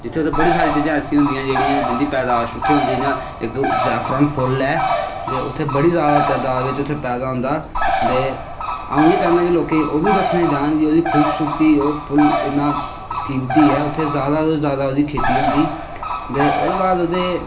बड़ियां सारियां चीजां होंदियां जिंदी पैदाईश उत्थें होंदिया जियां इक जैफरान फुल्ल ऐ ते उत्थें बड़ा जादा दाताद च पैदा होंदा ते अऊ एह् बी चाह्ना कि ओह् दस्सने गी जान ते ओह्दी खूबसूरती ओह् फुल्ल कीमती ऐ उत्थें जादा तो जादा ओह्दी खेत्ती होंदी ते ओह्दे बाद उत्थें